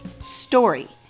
story